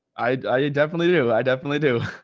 i, i definitely do. i definitely do,